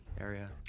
area